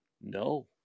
No